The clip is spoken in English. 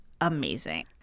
amazing